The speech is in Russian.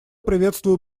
приветствую